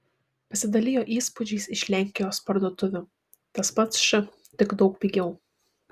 pasidalijo įspūdžiais iš lenkijos parduotuvių tas pats š tik daug pigiau